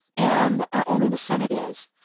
and only the senate is.